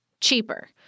cheaper